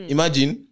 Imagine